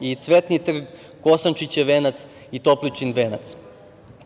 i Cvetni trg, Kosančićev venac i Topličin venac.